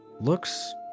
looks